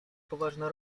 poważna